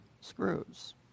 screws